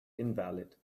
invalid